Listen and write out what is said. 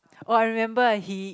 oh I remember he